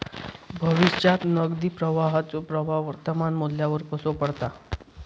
भविष्यात नगदी प्रवाहाचो प्रभाव वर्तमान मुल्यावर कसो पडता?